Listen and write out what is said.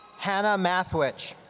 hannah mathwich.